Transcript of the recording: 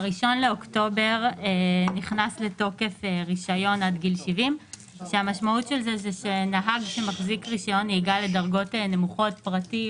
ב-1 לאוקטובר נכנס לתוקף רישיון עד גיל 70. המשמעות היא שרישיון נהיגה לדרגות נמוכות פרטי,